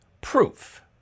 proof